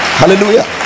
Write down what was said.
hallelujah